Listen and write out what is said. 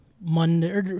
Monday